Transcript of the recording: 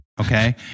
Okay